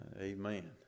amen